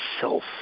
self